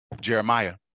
Jeremiah